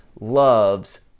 loves